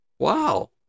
wow